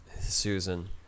Susan